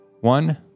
One